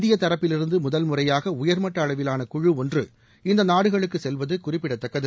இந்திய தரப்பிலிருந்து முதல் முறையாக உயர்மட்ட அளவிலாள குழு ஒன்று இந்த நாடுகளுக்கு செல்வது குறிப்பிடத்தக்கது